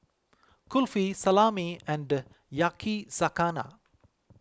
Kulfi Salami and Yakizakana